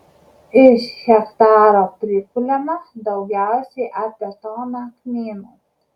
iš hektaro prikuliama daugiausiai apie toną kmynų